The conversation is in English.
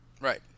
Right